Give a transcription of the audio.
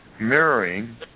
mirroring